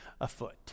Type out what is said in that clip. afoot